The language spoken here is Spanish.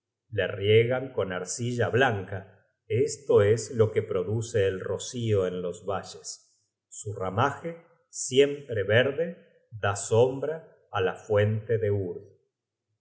le riegan con arcilla blanca esto es lo que produce el rocío en los valles su ramaje siempre verde da sombraá la fuente de urd